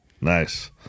Nice